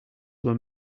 were